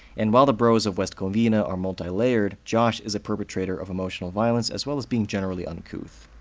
and while the bros of west covina are multilayered, josh is a perpetrator of emotional violence as well as being generally uncouth.